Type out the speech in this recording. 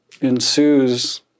ensues